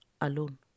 alone